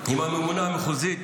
עם הממונה המחוזית